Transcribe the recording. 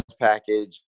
package